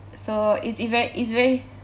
so it's e~ very it's very